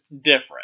different